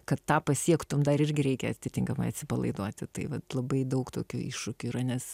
kad tą pasiektume dar irgi reikia atitinkamai atsipalaiduoti tai vat labai daug tokių iššūkių yra nes